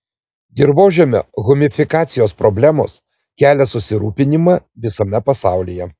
dirvožemio humifikacijos problemos kelia susirūpinimą visame pasaulyje